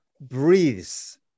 breathes